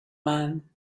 man